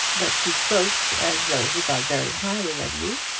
but he spoke as though he thought very highly of you.